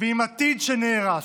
ועם עתיד שנהרס.